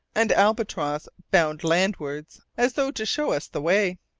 and albatross, bound landwards, as though to show us the way.